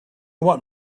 want